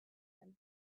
him